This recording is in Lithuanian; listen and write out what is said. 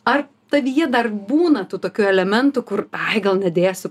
ar tavyje dar būna tų tokių elementų kur ai gal nedėsiu